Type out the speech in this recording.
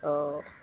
অঁ